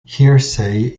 hearsay